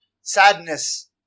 Sadness